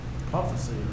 prophecy